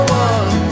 one